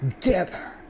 together